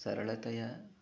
सरलतया